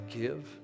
give